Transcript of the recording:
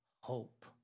hope